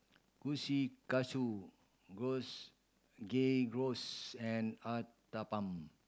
Kushikatsu Gyros Game Rolls and Uthapam